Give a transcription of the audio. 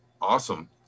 awesome